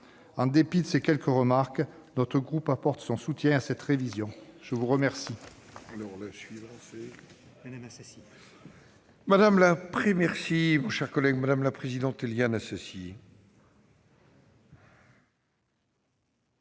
En dépit de ces quelques remarques, notre groupe apporte son soutien à cette révision. Merci